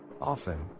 Often